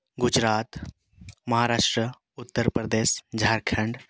Gujarat Maharashtra Uttar Pradesh Jharkhand